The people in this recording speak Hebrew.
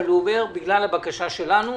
אבל הוא אומר שבגלל הבקשה שלנו,